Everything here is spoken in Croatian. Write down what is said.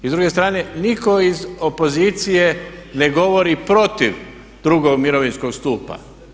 I s druge strane nitko iz opozicije ne govori protiv drugog mirovinskog stupa.